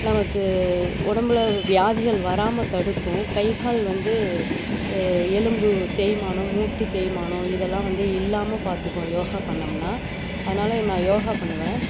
நமக்கு உடம்புல வியாதிகள் வராமல் தடுக்கும் கை கால் வந்து எலும்பு தேய்மானம் மூட்டு தேய்மானம் இதெல்லாம் வந்து இல்லாமல் பார்த்துக்கும் யோகா பண்ணோம்னால் அதனால் நான் யோகா பண்ணுவேன்